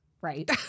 right